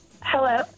Hello